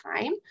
time